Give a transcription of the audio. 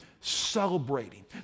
celebrating